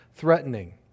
Threatening